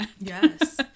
Yes